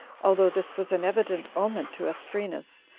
although this was an evident omen to asprenas,